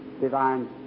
divine